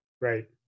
Right